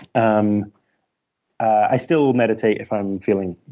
um i still meditate if i'm feeling